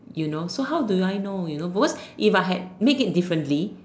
you know so how do I know you know what if I had make it differently